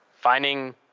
finding